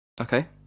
okay